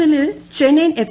എല്ലിൽ ചെന്നൈയിൻ എഫ്